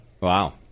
Wow